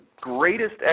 greatest